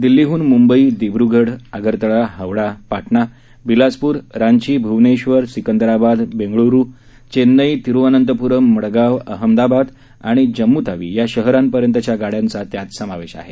दिल्लीहून मुंबई दिब्रगड आगरताळा हावडा पाटणा बिलासपूर रांची भुवनेक्वर सिकंदराबाद बेंगलुरू चेन्नई तिरूवनंतपूरम मडगाव अहमदाबाद आणि जम्मू तावी या शहरांपर्यंत च्या गाड्यांचा त्यात समावेश आहे